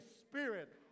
Spirit